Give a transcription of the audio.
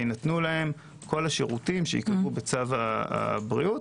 ויינתנו להם כל השירותים בצו הבריאות